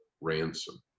ransom